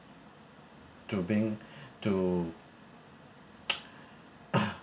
to being to